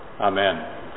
Amen